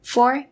Four